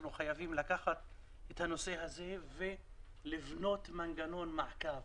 אנחנו חייבים לקחת את הנושא הזה ולבנות מנגנון מעקב,